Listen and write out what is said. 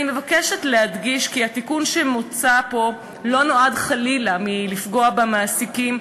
אני מבקשת להדגיש כי התיקון שמוצע פה לא נועד חלילה לפגוע במעסיקים,